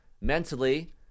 mentally